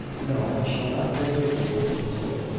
no, i shall not bring the greys into it.